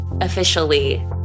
officially